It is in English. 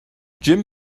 jim